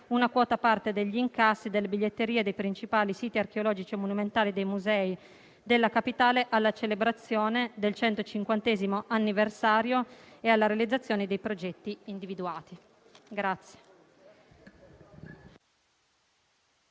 una quota parte degli incassi delle biglietterie dei principali siti archeologici e monumentali e dei musei della capitale alla celebrazione del 150° anniversario e alla realizzazione dei progetti individuati».